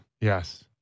Yes